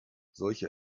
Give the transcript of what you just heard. solche